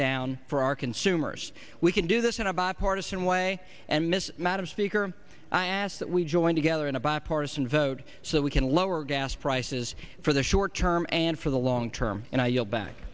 down for our consumers we can do this in a bipartisan way and miss madam speaker i ask that we join together in a bipartisan vote so we can lower gas prices for the short term and for the long term and i yield back